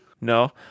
No